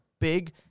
big